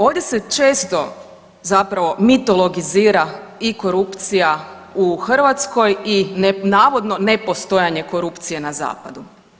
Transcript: Ovdje se često zapravo mitologizira i korupcija u Hrvatskoj i navodno nepostojanje korupcije na zapadu.